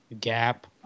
Gap